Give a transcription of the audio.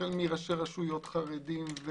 ראשי רשויות חרדים,